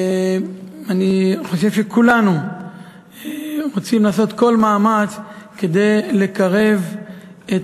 אני חושב שכולנו רוצים לעשות כל מאמץ כדי לקרב את